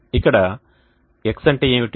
ఇక్కడ x అంటే ఏమిటి